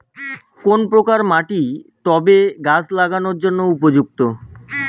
কোন প্রকার মাটি টবে গাছ লাগানোর জন্য উপযুক্ত?